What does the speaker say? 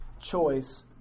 choice